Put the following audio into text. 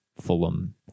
Fulham